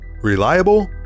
Reliable